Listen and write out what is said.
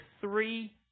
three